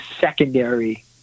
secondary